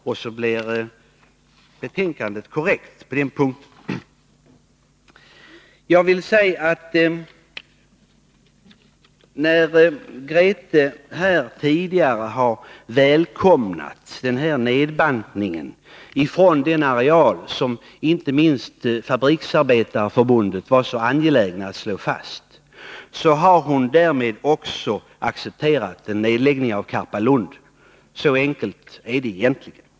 Utskottets betänkande blir också i och med detta korrekt på den punkten. När Grethe Lundblad tidigare här har välkomnat denna bantning från den areal som inte minst Fabriksarbetareförbundet var så angeläget att slå fast, har hon därmed också accepterat en nedläggning av sockerbruket i Karpalund. Så enkelt är det egentligen.